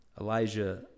Elijah